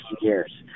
years